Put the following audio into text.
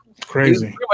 crazy